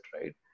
right